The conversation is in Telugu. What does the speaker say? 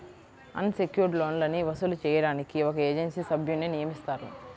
అన్ సెక్యుర్డ్ లోన్లని వసూలు చేయడానికి ఒక ఏజెన్సీ సభ్యున్ని నియమిస్తారు